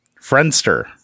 Friendster